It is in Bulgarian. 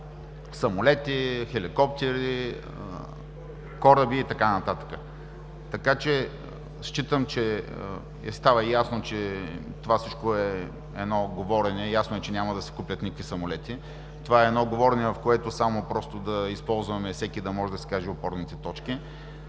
самолети, хеликоптери, кораби и така нататък. Така че считам, че става ясно, че с едно говорене е ясно, че няма да се купят никакви самолети. Това е едно говорене, в което само просто да използваме всеки да може да си каже опорните точки,